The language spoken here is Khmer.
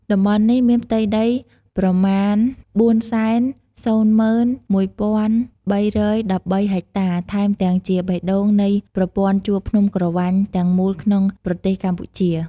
តំបន់នេះមានផ្ទៃដីប្រមាណ៤០១,៣១៣ហិចតាថែមទាំងជាបេះដូងនៃប្រព័ន្ធជួរភ្នំក្រវាញទាំងមូលក្នុងប្រទេសកម្ពុជា។